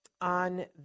on